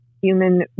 human